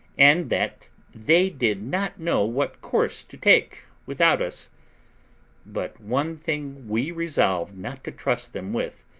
and that they did not know what course to take without us but one thing we resolved not to trust them with,